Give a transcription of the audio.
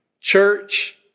Church